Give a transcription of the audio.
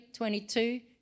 22